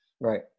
Right